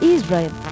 Israel